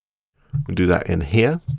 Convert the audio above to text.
we'll do that in here.